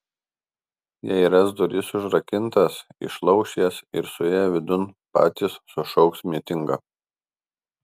jei ras duris užrakintas išlauš jas ir suėję vidun patys sušauks mitingą